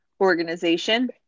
organization